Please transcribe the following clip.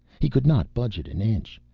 he could not budge it an inch.